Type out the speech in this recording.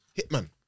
Hitman